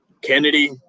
Kennedy